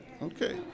Okay